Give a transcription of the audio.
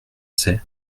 sait